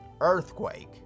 Earthquake